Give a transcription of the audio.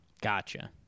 Gotcha